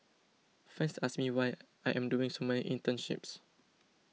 friends ask me why I am doing so many internships